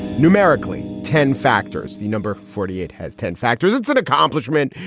numerically, ten factors the number forty eight has ten factors. it's an accomplishment.